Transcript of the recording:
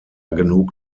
genug